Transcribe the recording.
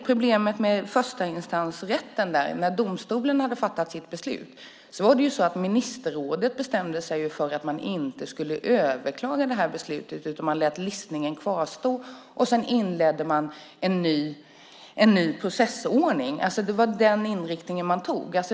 Problemet med förstainstansrätten, när domstolen hade fattat sitt beslut, är att det ju var så att ministerrådet bestämde sig för att man inte skulle överklaga det här beslutet, utan man lät listningen kvarstå, och sedan inledde man en ny processordning. Det var den inriktning man tog.